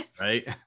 right